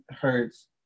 hurts